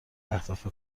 اهداف